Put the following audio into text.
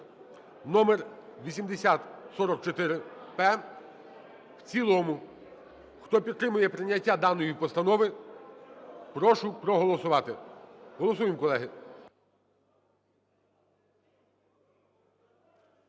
(№ 8044-П) в цілому. Хто підтримує прийняття даної постанови, прошу проголосувати. Голосуємо, колеги.